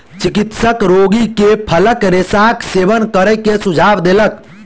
चिकित्सक रोगी के फलक रेशाक सेवन करै के सुझाव देलक